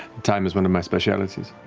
time is one of my specialties.